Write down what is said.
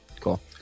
Cool